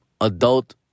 adult